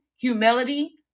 humility